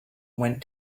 went